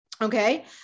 Okay